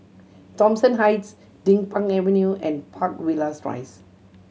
Thomson Heights Din Pang Avenue and Park Villas Rise